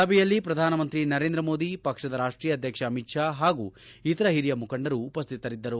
ಸಭೆಯಲ್ಲಿ ಪ್ರಧಾನಮಂತ್ರಿ ನರೇಂದ್ರಮೋದಿ ಪಕ್ಷದ ರಾಷ್ಷೀಯ ಅಧ್ಯಕ್ಷ ಅಮಿತ್ ಶಾ ಪಾಗೂ ಇತರ ಹಿರಿಯ ಮುಖಂಡರು ಉಪಸ್ಥಿತರಿದ್ದರು